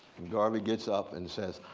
garvey gets up and says,